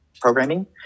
programming